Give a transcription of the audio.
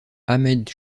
ahmed